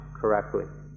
correctly